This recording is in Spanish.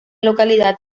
localidad